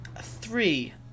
three